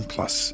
Plus